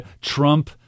Trump